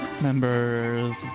Members